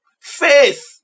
Faith